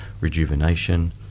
rejuvenation